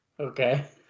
Okay